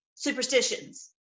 superstitions